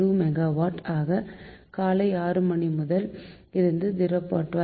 2 megawatt ஆக காலை 6 மணிக்கு இது 1